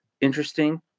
interesting